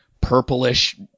purplish